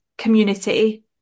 community